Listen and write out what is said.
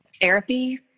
therapy